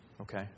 Okay